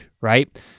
right